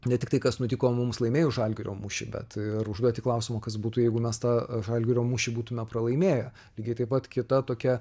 ne tik tai kas nutiko mums laimėjus žalgirio mūšį bet ir užduoti klausimą o kas būtų jeigu mes tą žalgirio mūšį būtume pralaimėję lygiai taip pat kita tokia